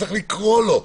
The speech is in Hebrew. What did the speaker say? צריך לקרוא לו.